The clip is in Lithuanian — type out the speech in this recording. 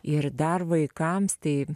ir dar vaikams tai